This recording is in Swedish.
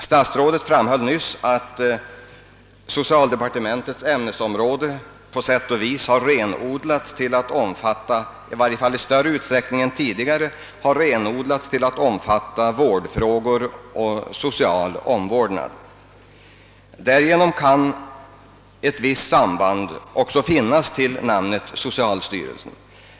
Statsrådet framhöll nyss att socialdepartementets ämnesområde i varje fall i större utsträckning än tidigare har renodlats till att omfatta vårdfrågor och social omvårdnad. Därigenom kan ett visst samband också finnas till namnet »socialstyrelsen».